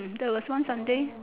there was one Sunday